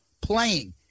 playing